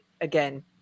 again